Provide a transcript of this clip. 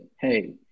hey